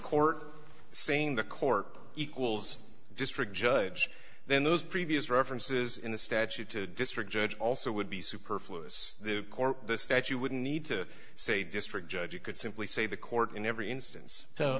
court saying the court equals district judge then those previous references in the statute to a district judge also would be superfluous the statue wouldn't need to say district judge you could simply say the court in every instance so